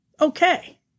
okay